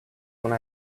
when